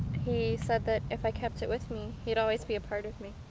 he said that if i kept it with me he'd always be a part of me.